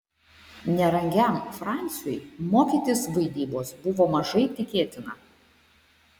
nerangiam fransiui mokytis vaidybos buvo mažai tikėtina